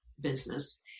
business